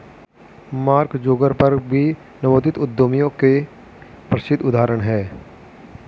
mark Zuckerberg भी नवोदित उद्यमियों के प्रसिद्ध उदाहरण हैं